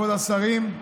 כבוד השרים,